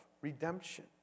redemption